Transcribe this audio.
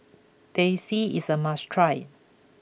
Teh C is a must try